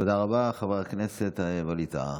תודה רבה, חבר הכנסת ווליד טאהא.